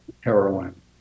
heroin